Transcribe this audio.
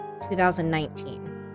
2019